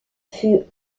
fut